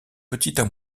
petites